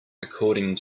according